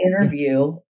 interview